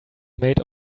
made